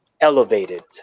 elevated